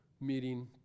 meeting